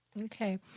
Okay